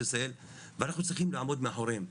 ישראל ואנחנו צריכים לעמוד מאחוריהם,